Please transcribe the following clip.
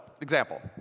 example